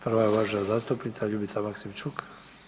Prva je uvažena zastupnica Ljubica Maksimčuk.